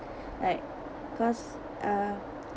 like cause uh